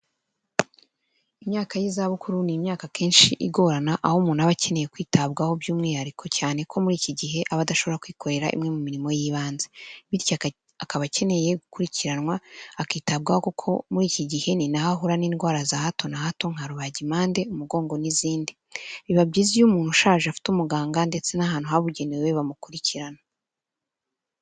Imyaka y'izabukuru ni imyaka akenshi igorana, aho umuntu aba akeneye kwitabwaho by'umwihariko cyane ko muri iki gihe aba adashobora kwikorera imwe mu mirimo y'ibanze, bityo akaba akeneye gukurikiranwa akitabwaho kuko muri iki gihe ni naho ahura n'indwara za hato na hato, nka rubagimpande, umugongo n'izindi, biba byiza iyo umuntu ushaje afite umuganga ndetse n'ahantu habugenewe bamukurikirana.